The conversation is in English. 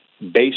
based